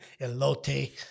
elote